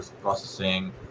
processing